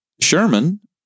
Sherman